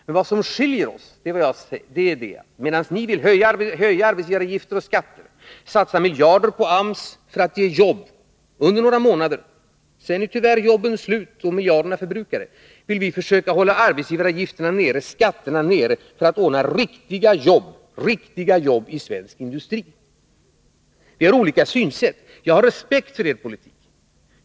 Men vad som skiljer oss är att medan ni vill höja arbetsgivaravgifter och skatter, satsa miljarder på AMS för att ge jobb, under några månader — sedan är de jobben slut och miljarderna förbrukade — vill vi försöka hålla arbetsgivaravgifterna och skatterna nere för att ordna riktiga arbeten i svensk industri. Vi har olika synsätt. Jag har respekt för er politik.